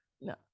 No